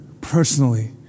personally